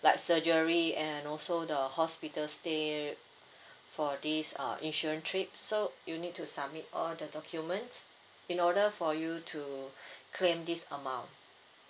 like surgery and also the hospital's stay for this uh insurance trip so you need to submit all the documents in order for you to claim this amount